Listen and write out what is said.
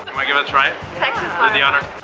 my give us right texas on the honor